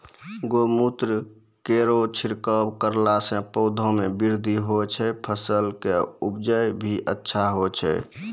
गौमूत्र केरो छिड़काव करला से पौधा मे बृद्धि होय छै फसल के उपजे भी अच्छा होय छै?